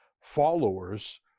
followers